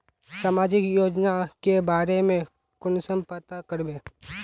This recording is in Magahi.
सामाजिक योजना के बारे में कुंसम पता करबे?